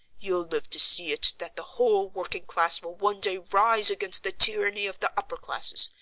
you'll live to see it that the whole working-class will one day rise against the tyranny of the upper classes,